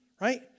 right